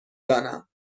دانم